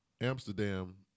Amsterdam